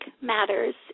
matters